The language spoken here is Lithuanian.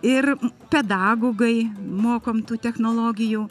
ir pedagogai mokom tų technologijų